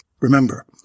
Remember